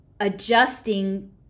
adjusting